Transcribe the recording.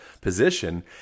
position